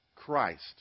Christ